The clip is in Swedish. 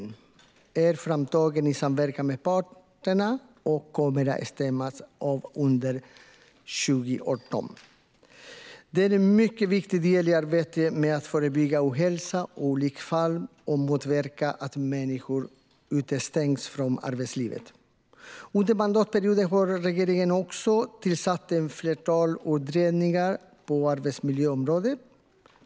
Den är framtagen i samverkan med parterna och kommer att stämmas av under 2018. Strategin är en mycket viktig del i arbetet med att förebygga ohälsa och olycksfall och motverka att människor utestängs från arbetslivet. Under mandatperioden har regeringen också tillsatt ett flertal utredningar på arbetsmiljöområdet.